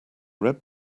red